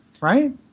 right